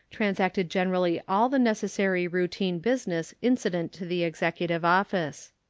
transacted generally all the necessary routine business incident to the executive office.